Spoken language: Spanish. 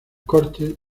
corte